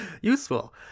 useful